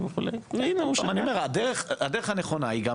הדרך הנכונה היא.